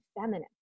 feminine